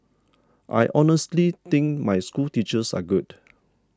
I honestly think my schoolteachers are good